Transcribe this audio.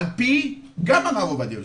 עפ"י גם הרב עובדיה יוסף,